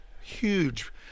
Huge